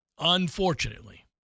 unfortunately